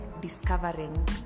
discovering